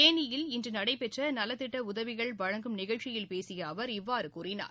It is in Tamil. தேனியில் இன்று நடைபெற்ற நலத்திட்ட உதவிகள் வழங்கும் நிகழ்ச்சியில் பேசிய அவர் இவ்வாறு கூறினார்